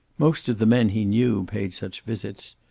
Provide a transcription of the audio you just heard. most of the men he knew paid such visits,